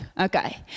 okay